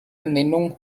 ernennung